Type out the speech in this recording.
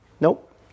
Nope